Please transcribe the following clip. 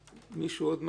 עוד מישהו מהחטיבה?